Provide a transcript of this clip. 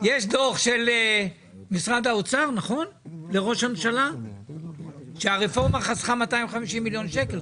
דוח של משרד האוצר לראש הממשלה שהרפורמה חסכה 250 מיליון שקל.